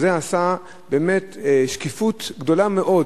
שזה עשה באמת שקיפות גדולה מאוד